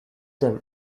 them